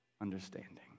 understanding